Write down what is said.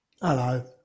Hello